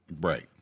Right